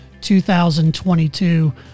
2022